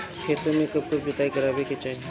खेतो में कब कब जुताई करावे के चाहि?